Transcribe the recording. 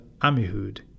Amihud